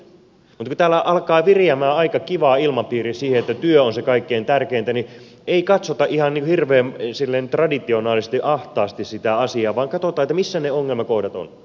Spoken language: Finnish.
mutta kun täällä alkaa viriämään aika kiva ilmapiiri että työ on kaikkein tärkeintä niin ei katsota ihan hirveän silleen traditionaalisesti ahtaasti sitä asiaa vaan katsotaan missä ne ongelmakohdat ovat ja muutetaan yhteiskuntaa